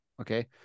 Okay